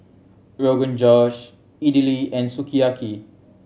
Rogan Josh Idili and Sukiyaki